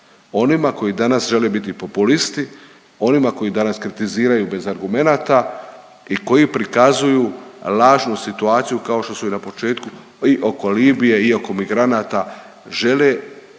onima koji danas žele biti populisti, onima koji danas kritiziraju bez argumenata i koji prikazuju lažnu situaciju kao što su i na početku i oko Libije i oko migranata žele uhvatiti